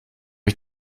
ich